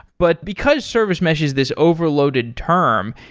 but because service mesh is this overloaded term,